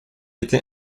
été